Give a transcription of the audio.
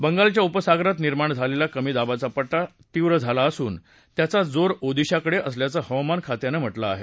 बंगालच्या उपसागरात निर्माण झालेला कमी दाबाचा पट्टा तीव्र झाला असून त्याचा जोर ओदिशाकडे असल्याचं हवामान खात्यानं म्हटलं आहे